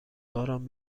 باران